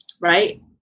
Right